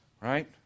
right